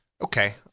Okay